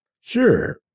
Sure